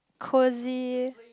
cosy